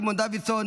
סימון דוידסון,